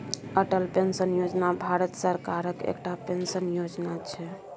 Atal pension योजना भारत सरकारक एकटा पेंशन योजना छै